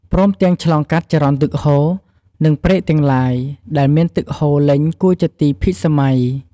ព្រមទាំងឆ្លងកាត់ចរន្តទឹកហូរ និងព្រែកទាំងឡាយ ដែលមាន ទឹកហូររលេញគួរជា ទីភិសម័យ។